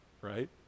Right